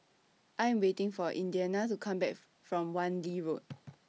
I Am waiting For Indiana to Come Back from Wan Lee Road